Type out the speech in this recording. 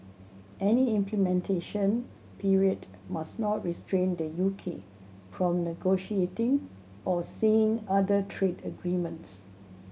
any implementation period must not restrain the U K from negotiating or seeing other trade agreements